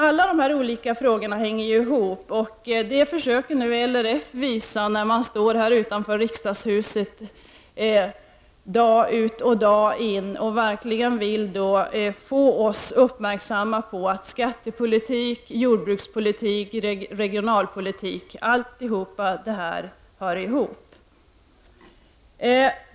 Alla de här frågorna hänger ihop, och det försöker nu LRF visa när dess representanter står här utanför riksdagshuset dag ut och dag in och vill göra oss uppmärksamma på att skattepolitik, jordbrukspolitik och regionalpolitik hör ihop.